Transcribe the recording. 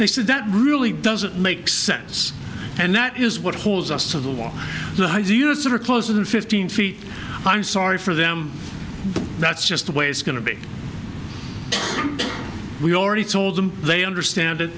so that really doesn't make sense and that is what holds us to the war the ideas that are closer than fifteen feet i'm sorry for them that's just the way it's going to be we already told them they understand